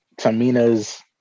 Tamina's